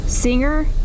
Singer